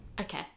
Okay